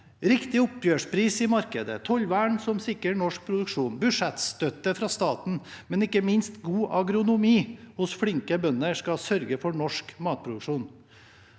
Riktig oppgjørspris i markedet, tollvern som sikrer norsk produksjon, budsjettstøtte fra staten og ikke minst god agronomi hos flinke bønder skal sørge for norsk matproduksjon.